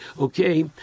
okay